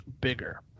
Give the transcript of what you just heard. bigger